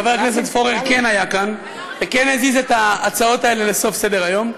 חבר הכנסת פורר כן היה כאן וכן הזיז את ההצעות האלה לסוף סדר-היום.